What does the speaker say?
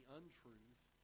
untruth